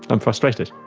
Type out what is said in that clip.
i'm frustrated.